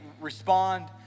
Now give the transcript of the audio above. respond